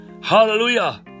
Hallelujah